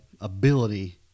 ability